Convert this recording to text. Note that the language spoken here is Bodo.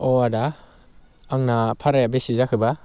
अ आदा आंना भाराया बेसे जाखोबा